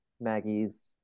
Maggie's